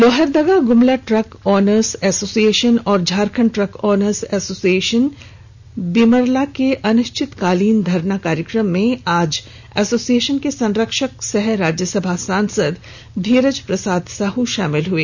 Lohardaga Gumla truck owner association और Jharkhand truck owner association बीमरला के अनिश्चितकालीन धरना कार्यक्रम में आज एसोसिएशन के संरक्षक सह राज्यसभा सांसद धीरज प्रसाद साहू शामिल हुए